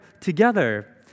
together